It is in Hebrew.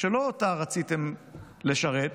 שלא אותה רציתם לשרת,